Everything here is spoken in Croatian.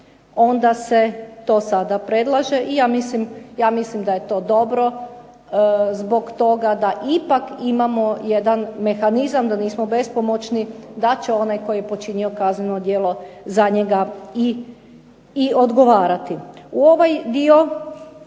onda se to sada predlaže i ja mislim da je to dobro zbog toga da ipak imamo jedan mehanizam da nismo bespomoćni da će onaj koji je počinio kazneno djelo za njega i odgovarati. U ovaj dio